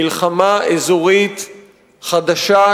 מלחמה אזורית חדשה,